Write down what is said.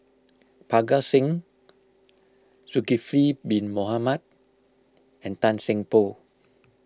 Parga Singh Zulkifli Bin Mohamed and Tan Seng Poh